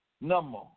number